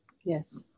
yes